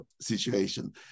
situation